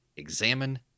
Examine